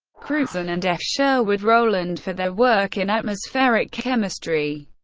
crutzen and f. sherwood rowland for their work in atmospheric chemistry,